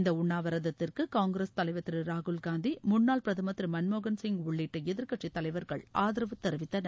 இந்த உண்ணாவிரதத்திற்கு காங்கிரஸ் தலைவா் திரு ராகுல்காந்தி முன்னாள் பிரதமர் திரு மன்மோகன் சிங் உள்ளிட்ட எதிர்க்கட்சி தலைவாகள் ஆதரவு தெரிவித்தனர்